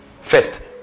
first